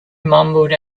mumbled